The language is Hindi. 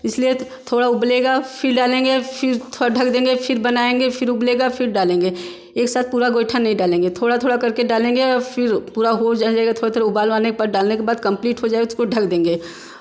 इसलिए थोड़ा उबलेगा फ़िर डालेंगे फिर थोड़ा ढक देंगे फिर बनाएँगे फिर उबलेगा फिर डालेंगे एक साथ पूरा गोइठा नहीं डालेंगे थोड़ा थोड़ा करके डालेंगे और फिर पूरा हो जाएगा थोड़ा थोड़ा उबाल आने पर डालने के बाद कम्पलीट हो जाएगा उसको ढक देंगे